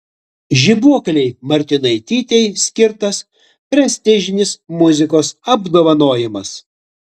žibuoklei martinaitytei skirtas prestižinis muzikos apdovanojimas